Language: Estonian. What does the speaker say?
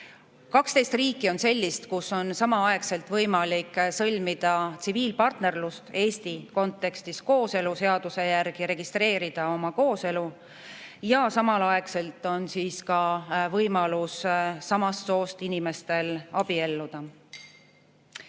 12 riiki on sellised, kus on võimalik sõlmida tsiviilpartnerlust ehk siis Eesti kontekstis kooseluseaduse järgi registreerida oma kooselu ja samaaegselt on ka võimalus samast soost inimestel abielluda.